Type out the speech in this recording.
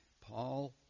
Paul